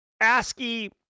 ASCII